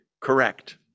Correct